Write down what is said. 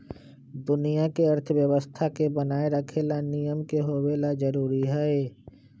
दुनिया के अर्थव्यवस्था के बनाये रखे ला नियम के होवे ला जरूरी हई